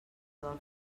del